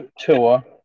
Tua